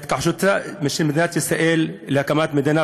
והתכחשותה של מדינת ישראל להקמת מדינה